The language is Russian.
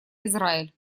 израиль